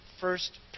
first